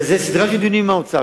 וזאת סדרה של דיונים עם האוצר,